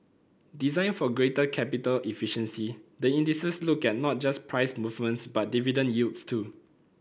designed for greater capital efficiency the indices look at not just price movements but dividend yields too